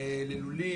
ללולים